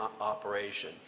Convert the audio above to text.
operation